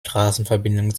straßenverbindung